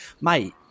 Mate